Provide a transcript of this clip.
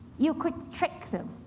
you could trick them,